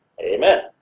Amen